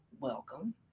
welcome